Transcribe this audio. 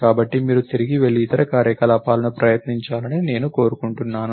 కాబట్టి మీరు తిరిగి వెళ్లి ఇతర కార్యకలాపాలను ప్రయత్నించాలని నేను కోరుకుంటున్నాను